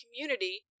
community